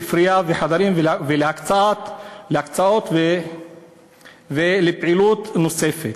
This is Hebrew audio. ספרייה וחדרים להרצאות ולפעילות נוספת.